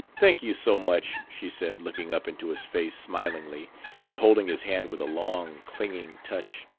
thank you so much, she said, looking up into his face smilingly and holding his hand with a long, clinging touch.